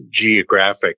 geographic